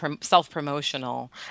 self-promotional